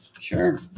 Sure